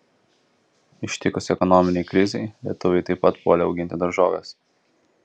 ištikus ekonominei krizei lietuviai taip pat puolė auginti daržoves